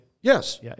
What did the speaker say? Yes